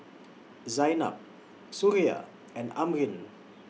Zaynab Suria and Amrin